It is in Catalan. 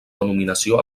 denominació